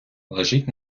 лежить